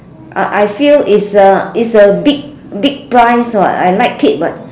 I I feel is a is a big big prize what I like it what